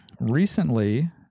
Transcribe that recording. Recently